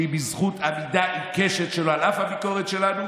שהיא בזכות עמידה עיקשת שלו, על אף הביקורת שלנו.